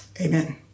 Amen